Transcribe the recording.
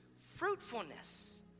fruitfulness